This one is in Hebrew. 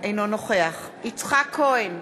אינו נוכח יצחק כהן,